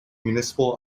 municipal